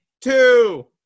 two